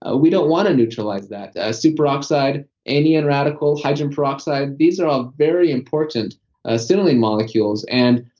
ah we don't want to neutralize that. a superoxide anion radical hydrogen peroxide, these are all very important assimilating molecules and,